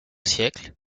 siècle